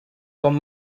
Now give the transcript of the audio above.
com